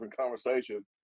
conversation